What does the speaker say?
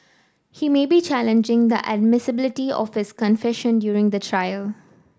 he may be challenging the admissibility of his confession during the trial